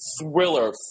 thriller